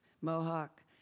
Mohawk